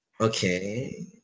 okay –